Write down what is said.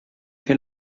che